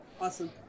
Awesome